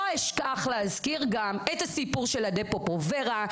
לא אשכח להזכיר את הסיפור של זריקת אפופרווורה,